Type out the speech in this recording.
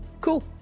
cool